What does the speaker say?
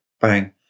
bang